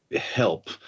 help